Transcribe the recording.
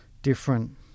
different